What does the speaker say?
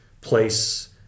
place